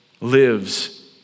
lives